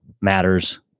matters